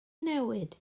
newid